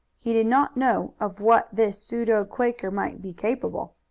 he did not know of what this pseudo quaker might be capable.